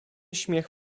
śmiech